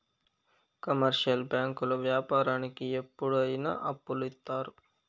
commercial బ్యాంకులు వ్యాపారానికి ఎప్పుడు అయిన అప్పులు ఇత్తారు